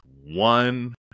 one